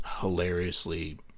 hilariously